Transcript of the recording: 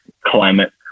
climate